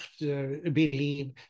believe